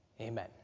Amen